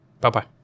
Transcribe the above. Bye-bye